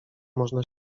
można